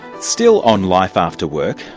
still on life after work,